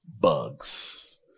bugs